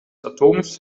atoms